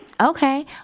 Okay